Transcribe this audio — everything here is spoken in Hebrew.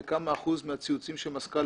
וכמה אחוז מהציוצים של מזכ"ל